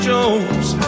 Jones